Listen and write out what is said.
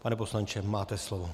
Pane poslanče, máte slovo.